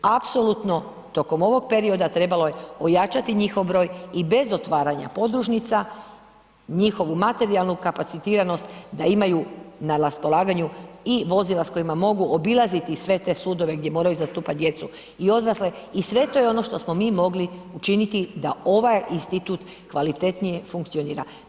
Apsolutno tokom ovog perioda trebalo je ojačati njihov broj i bez otvaranja podružnica, njihovu materijalnu kapacitiranost da imaju na raspolaganju i vozila s kojima mogu obilaziti sve te sudove gdje moraju zastupati djecu i odrasle i sve je to ono što smo mi mogli učiniti da ovaj institut kvalitetnije funkcionira.